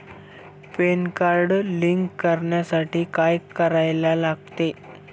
Pan card link करण्यासाठी काय करायला लागते?